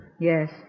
Yes